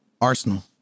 Arsenal